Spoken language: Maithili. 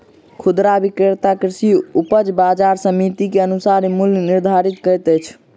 खुदरा विक्रेता कृषि उपज बजार समिति के अनुसार मूल्य निर्धारित करैत अछि